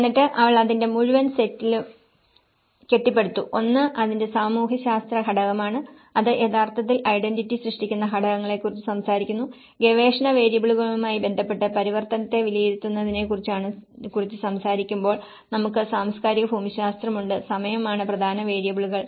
എന്നിട്ട് അവൾ അതിന്റെ മുഴുവൻ സെറ്റിലും കെട്ടിപ്പടുത്തു ഒന്ന് അതിന്റെ സാമൂഹ്യശാസ്ത്ര ഘടകമാണ് അത് യഥാർത്ഥത്തിൽ ഐഡന്റിറ്റി സൃഷ്ടിക്കുന്ന ഘടനകളെക്കുറിച്ച് സംസാരിക്കുന്നു ഗവേഷണ വേരിയബിളുകളുമായി ബന്ധപ്പെട്ട് പരിവർത്തനത്തെ വിലയിരുത്തുന്നതിനെക്കുറിച്ച് സംസാരിക്കുമ്പോൾ നമുക്ക് സാംസ്കാരിക ഭൂമിശാസ്ത്രമുണ്ട് സമയമാണ് പ്രധാന വേരിയബിളുകൾ